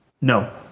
No